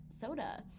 soda